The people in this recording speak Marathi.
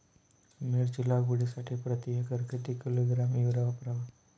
मिरची लागवडीसाठी प्रति एकर किती किलोग्रॅम युरिया वापरावा?